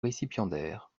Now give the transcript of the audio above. récipiendaire